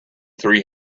three